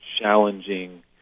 challenging